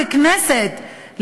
ככנסת,